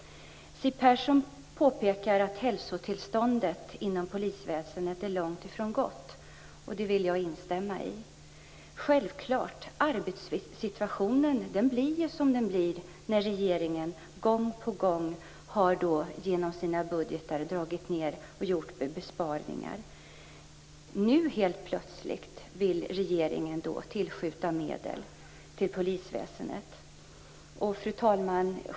Siw Persson påpekar att hälsotillståndet inom polisväsendet är långt ifrån gott, och det vill jag instämma i. Arbetssituationen blir självklart som den blir när regeringen gång på gång genom sina budgetar gjort besparingar. Nu helt plötsligt vill regeringen tillskjuta medel till polisväsendet.